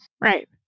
Right